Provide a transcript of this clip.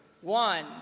one